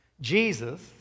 Jesus